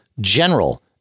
general